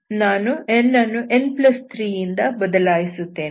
ನಾನು n ಅನ್ನು n3 ಇಂದ ಬದಲಾಯಿಸುತ್ತೇನೆ